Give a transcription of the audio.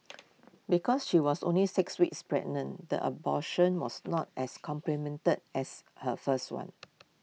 because she was only six weeks pregnant the abortion was not as complemented as her first one